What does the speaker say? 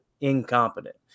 incompetent